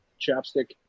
chapstick